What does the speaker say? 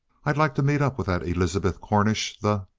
i'd like to meet up with that elizabeth cornish, the